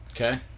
Okay